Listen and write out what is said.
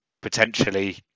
potentially